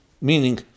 meaning